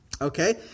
okay